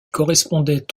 correspondait